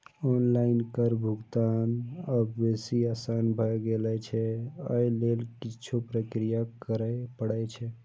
online कर भुगतान आब बेसी आसान भए गेल छै, अय लेल किछु प्रक्रिया करय पड़ै छै